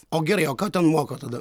o gerai o ką ten moko tada